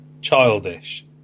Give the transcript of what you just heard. childish